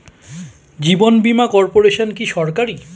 জীবন বীমা কর্পোরেশন কি সরকারি?